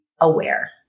aware